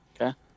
Okay